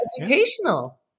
educational